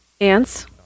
ants